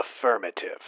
Affirmative